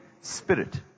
Spirit